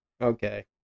Okay